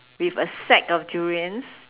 with a sack of durians